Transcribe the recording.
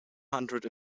hundred